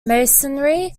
masonry